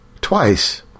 twice